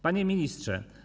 Panie Ministrze!